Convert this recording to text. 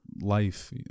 life